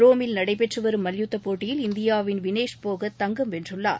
ரோமில் நடைபெற்று வரும் மல்யுத்த போட்டியில் இந்தியாவின் வினேஷ் போகத் தங்கம் வென்றுள்ளார்